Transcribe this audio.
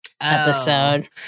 episode